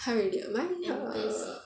!huh! really ah mine err